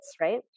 right